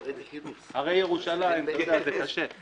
הרי ירושלים, אתה יודע, זה קשה.